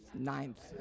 ninth